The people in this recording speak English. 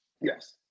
Yes